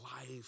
life